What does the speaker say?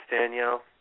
Danielle